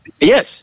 Yes